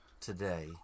today